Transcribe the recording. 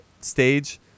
stage